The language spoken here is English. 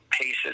paces